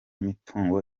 mitungo